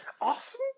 Awesome